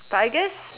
but I guess